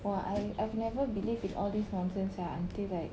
!wah! I I've never believe in all these nonsense sia until like